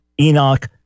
Enoch